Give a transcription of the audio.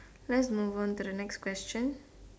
let's move on to the next question